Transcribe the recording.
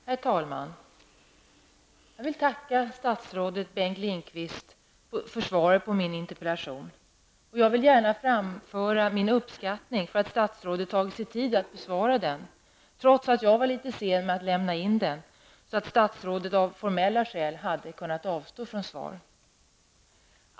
Herr talman! Jag vill tacka statsrådet Bengt Lindqvist för svaret. Jag vill gärna framföra min uppskattning över att statsrådet har tagit sig tid att besvara interpellationen, trots att jag var litet sen med att framställa den, så att statsrådet av formella skäl hade kunnat avstå från att svara.